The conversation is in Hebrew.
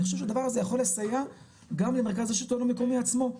אני חושב שהדבר הזה יכול לסייע גם למרכז השילטון המקומי עצמו.